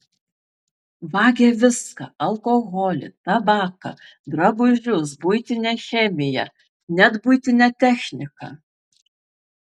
vagia viską alkoholį tabaką drabužius buitinę chemiją net buitinę techniką